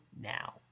now